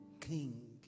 King